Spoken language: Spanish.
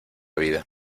vida